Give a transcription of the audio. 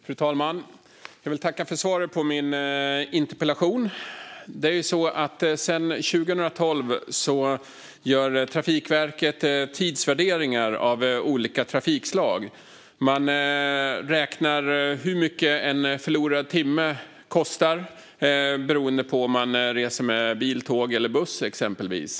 Fru talman! Jag vill tacka för svaret på min interpellation. Sedan 2012 gör Trafikverket tidsvärderingar av olika trafikslag. Man beräknar hur mycket en förlorad timme kostar beroende på om resan görs med bil, tåg eller buss, exempelvis.